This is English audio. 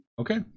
Okay